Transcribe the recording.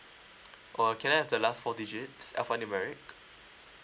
okay can I have the last four digits alphanumeric